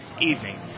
evening